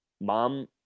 mom